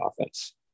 offense